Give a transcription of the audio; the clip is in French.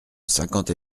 cinquante